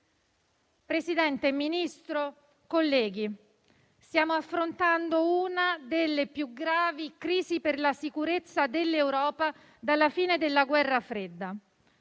Presidente, signor Ministro, onorevoli colleghi, stiamo affrontando una delle più gravi crisi per la sicurezza dell'Europa dalla fine della Guerra fredda.